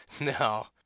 No